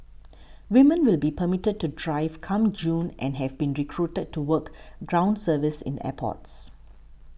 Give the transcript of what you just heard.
women will be permitted to drive come June and have been recruited to work ground service in airports